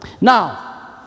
Now